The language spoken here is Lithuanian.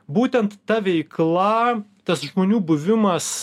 būtent ta veikla tas žmonių buvimas